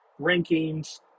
rankings